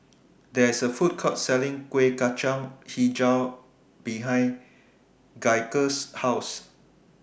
There IS A Food Court Selling Kuih Kacang Hijau behind Gaige's House